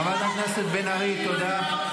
חברת הכנסת בן ארי, תודה.